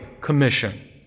commission